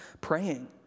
praying